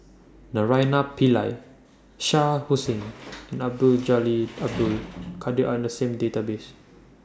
Naraina Pillai Shah Hussain Abdul Jalil Abdul Kadir Are in The same Database